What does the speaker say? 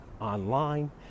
online